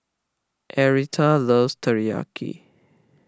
Aretha loves Teriyaki